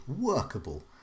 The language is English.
workable